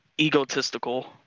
egotistical